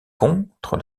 contre